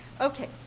Okay